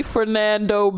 Fernando